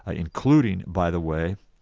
ah including by the way,